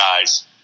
guys